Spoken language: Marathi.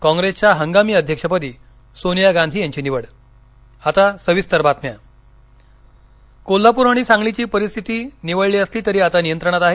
काँग्रेसच्या हंगामी अध्यक्षपदी सोनिया गांधी यांची निवड सांगली कोल्हापर कोल्हापूर आणि सांगलीची पूरस्थिती निवळली नसली तरी आता नियंत्रणात आहे